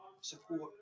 support